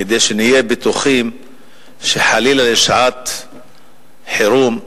כדי שנהיה בטוחים שבשעת חירום,